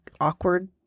awkward